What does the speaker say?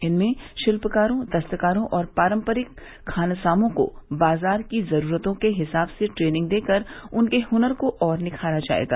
इनमें शिल्पकारों दस्तकारों और पारम्परिक खानसानों को बाजार की जरूरतों के हिसाब से ट्रेनिंग देकर उनके हुनर को और निखारा जायेगा